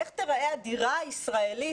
איך תיראה הדירה הישראלית,